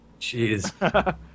Jeez